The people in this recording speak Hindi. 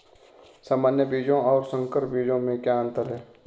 सामान्य बीजों और संकर बीजों में क्या अंतर है?